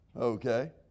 Okay